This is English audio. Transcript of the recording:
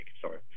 sorry